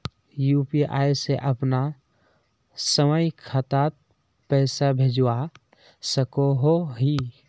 UPI से अपना स्वयं खातात पैसा भेजवा सकोहो ही?